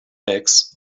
eggs